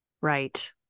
Right